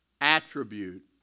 attribute